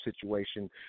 situation